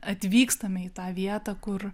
atvykstame į tą vietą kur